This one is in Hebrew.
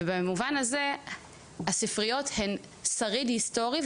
ובמובן הזה הספריות הן שריד היסטורי,